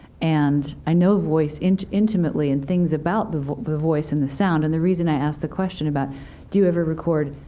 and i know voice intimately, and things about the voice and the sound, and the reason i ask the question about do you ever record,